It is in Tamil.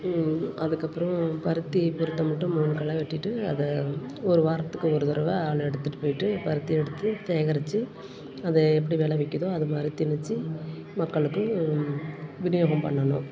அதுக்கப்பறம் பருத்தி பொறுத்தை மட்டும் மூணு களை வெட்டிட்டு அதை ஒரு வாரத்துக்கு ஒரு தரவை ஆள் எடுத்துகிட்டு போயிட்டு பருத்தி எடுத்து சேகரித்து அதை எப்படி விலை விற்கிதோ அது மாதிரி திணித்து மக்களுக்கு விநியோகம் பண்ணணும்